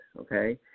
okay